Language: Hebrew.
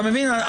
אתה מבין?